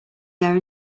there